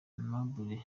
aimable